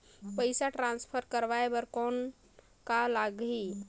पइसा ट्रांसफर करवाय बर कौन का लगही?